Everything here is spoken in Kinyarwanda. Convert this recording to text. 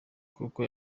kuko